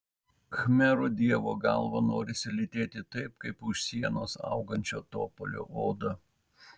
khmerų dievo galvą norisi lytėti taip kaip už sienos augančio topolio odą